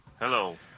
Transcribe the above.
Hello